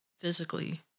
Physically